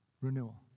renewal